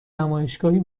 نمایشگاهی